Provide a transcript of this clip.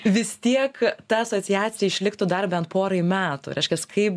vis tiek ta asociacija išliktų dar bent porai metų reiškias kaip